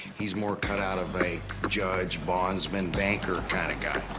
he's more cut out of a judge, bondsman, banker kind of guy.